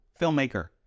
filmmaker